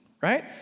right